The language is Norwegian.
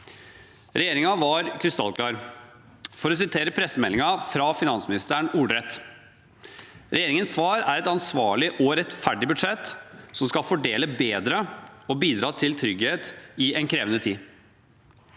Regjeringen var krystallklar. For å sitere pressemeldingen fra finansministeren ordrett: «Regjeringens svar er et ansvarlig og rettferdig budsjett, som skal fordele bedre og bidra til trygghet i en krevende tid.»